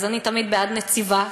אז אני תמיד בעד נציבה,